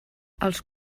els